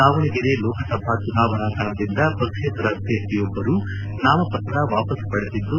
ದಾವಣಗೆರೆ ಲೋಕಸಭಾ ಚುನಾವಣಾ ಕಣದಿಂದ ಪಕ್ಷೇತರ ಅಭ್ಯರ್ಥಿ ಒಬ್ಬರು ನಾಮಪತ್ರ ವಾಪಾಸು ಪಡೆದಿದ್ದು